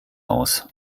aus